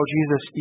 Jesus